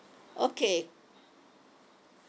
okay